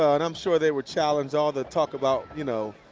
and i'm sure they were challenged, all the talk about, you know,